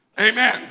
Amen